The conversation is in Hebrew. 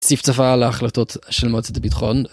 ציפצפה על ההחלטות של מועצת הביטחון.